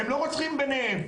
הם לא רוצחים ביניהם.